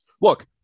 Look